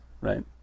Right